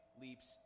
leaps